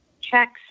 checks